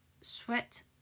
sweat